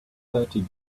thirty